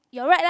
your right lah